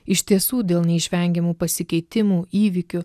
iš tiesų dėl neišvengiamų pasikeitimų įvykių